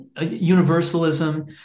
universalism